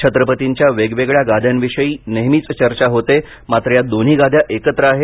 छत्रपतींच्या वेगवेगळ्या गाद्यांविषयी नेहेमीच चर्चा होते मात्र या दोन्ही गाद्या एकत्र आहेत